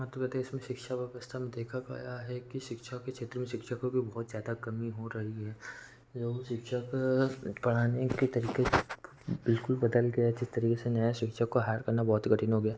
मध्य प्रदेश में शिक्षा व्यवस्था में देखा गया है कि शिक्षा के क्षेत्र में शिक्षकों की बहुत ज़्यादा कमी हो रही है लोग शिक्षक पढ़ाने के तरीक़े बिल्कुल बदल गए जिस तरीक़े से नया शिक्षक को हायर करना बहुत कठिन हो गया है